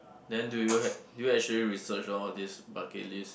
then do you do you actually research all these bucket list